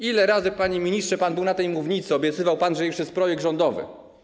Ile razy, panie ministrze, pan był na tej mównicy i obiecywał pan, że jest już projekt rządowy?